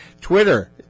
Twitter